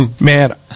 Man